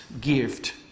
gift